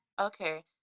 Okay